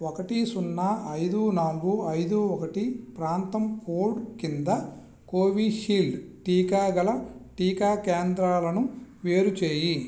ఒకటి సున్నా ఐదు నాలుగు ఐదు ఒకటి ప్రాంతం కోడ్ కింద కోవిషీల్డ్ టీకా గల టీకా కేంద్రాలను వేరుచేయి